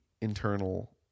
internal